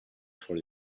for